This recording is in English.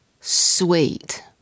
sweet